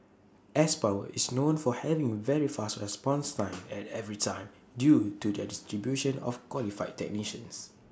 S power is known for having very fast response times at every time due to their distribution of qualified technicians